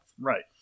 Right